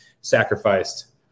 sacrificed